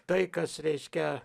tai kas reiškia